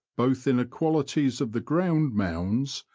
both inequalities of the ground, mounds,